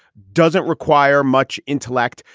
doesn't require much intellect,